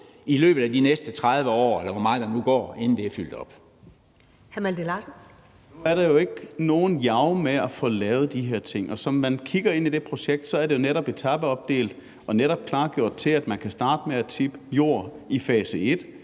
Malte Larsen. Kl. 20:16 Malte Larsen (S): Nu er der jo ikke noget jag med at få lavet de her ting. Som man kigger ind i det projekt, er det jo netop etapeopdelt og netop klargjort til, at man kan starte med at tippe jord i fase et